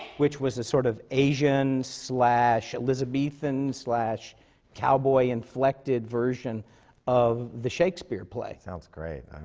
which was a sort of asian-slash-elizabethan-slash-cowboy-inflected version of the shakespeare play. sounds great!